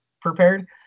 prepared